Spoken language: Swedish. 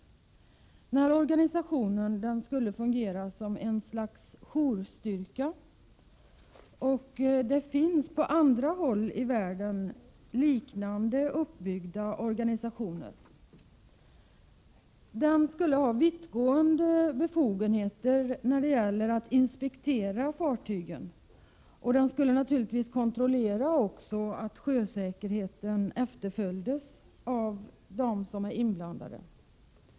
Denna organisation skulle fungera som ett slags jourstyrka. På andra håll i världen har organisationer av liknande typ byggts upp. Organisationen skulle ha vittgående befogenheter när det gäller att inspektera fartygen, och den skulle naturligtvis också kontrollera att sjösäkerheten efterföljs av de berörda.